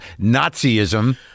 Nazism